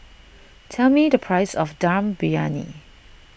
tell me the price of Dum Briyani